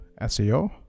SEO